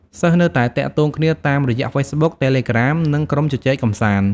សិស្សនៅតែទាក់ទងគ្នាតាមរយៈហ្វេសប៊ុក តេលេក្រាម និងក្រុមជជែកកម្សាន្ត។